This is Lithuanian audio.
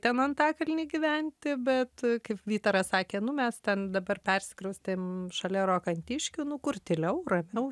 ten antakalny gyventi bet kaip vytaras sakė nu mes ten dabar persikraustėm šalia rokantiškių nu kur tyliau ramiau